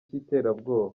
cy’iterabwoba